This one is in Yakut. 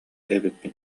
эбиппин